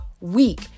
week